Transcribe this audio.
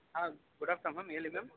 ಹಾಂ good afternoon ma'am ಹೇಳಿ ma'am